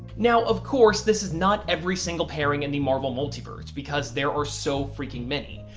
now of course, this is not every single pairing in the marvel multiverse because there are so freaking many,